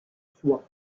soies